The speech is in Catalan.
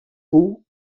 pou